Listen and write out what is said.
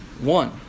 one